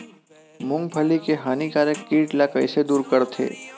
मूंगफली के हानिकारक कीट ला कइसे दूर करथे?